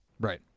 Right